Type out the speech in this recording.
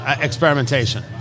experimentation